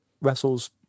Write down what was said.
wrestles